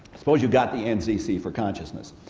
suppose you got the ncc for consciousness,